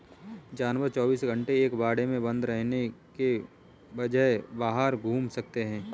जानवर चौबीस घंटे एक बाड़े में बंद रहने के बजाय बाहर घूम सकते है